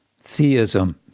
theism